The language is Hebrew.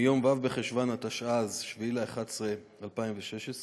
מיום ו' בחשוון התשע”ז, 7 בנובמבר 2016,